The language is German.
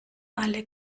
alle